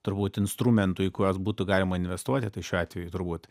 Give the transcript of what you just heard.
turbūt instrumentų į kuriuos būtų galima investuoti tai šiuo atveju turbūt